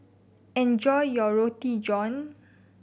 enjoy your Roti John